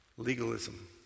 Legalism